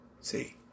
See